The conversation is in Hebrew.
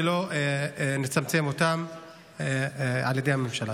ולא לצמצם אותם על ידי הממשלה.